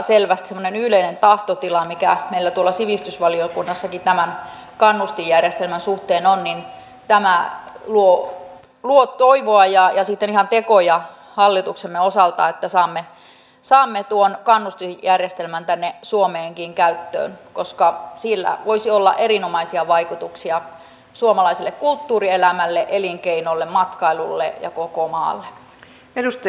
mietin että taisi olla paha virhe mutta kun nyt tätä keskustelua on täälläkin kuunnellut niin aika monessa puheenvuorossa on tullut esille se että kyllä sdpllä on vahvasti sormet tässä pelissä taikka ainakin annetaan ymmärtää että jos olisitte tehneet näin niin asia etenee